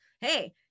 hey